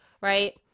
Right